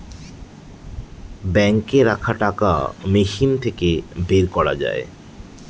বাঙ্কে রাখা টাকা মেশিন থাকে বের করা যায়